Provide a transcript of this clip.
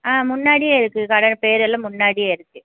ஆ முன்னாடியே இருக்கு கடை பேர் எல்லாம் முன்னாடியே இருக்கு